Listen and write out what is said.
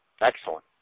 Excellent